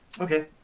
okay